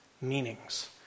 meanings